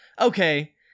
okay